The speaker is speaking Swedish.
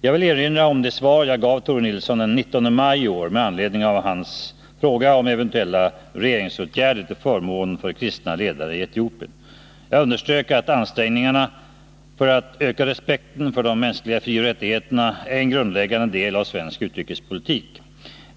Jag vill erinra om det svar jag gav Tore Nilsson den 19 maj i år, med anledning av hans fråga om eventuella regeringsåtgärder till förmån för kristna ledare i Etiopien. Jag underströk att ansträngningarna för att öka respekten för de mänskliga frioch rättigheterna är en grundläggande del av svensk utrikespolitik.